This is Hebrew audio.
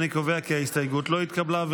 אני קובע כי ההסתייגות לא התקבלה.